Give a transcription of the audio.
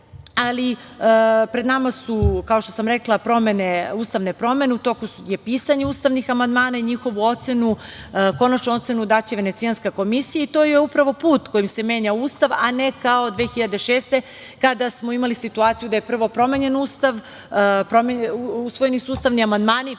ali pred nama su, kao što sam rekla, ustavne promene, u toku je pisanje ustavnih amandmana i njihovu konačnu ocenu daće Venecijanska komisija. To je upravo put kojim se menja Ustav, a ne kao 2006. godine kada smo imali situaciju da je prvo promenjen Ustav, usvojeni ustavni amandmani,